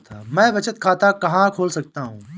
मैं बचत खाता कहाँ खोल सकता हूँ?